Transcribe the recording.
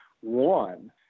One